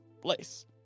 place